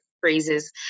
phrases